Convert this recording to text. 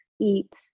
eat